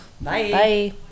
Bye